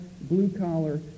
blue-collar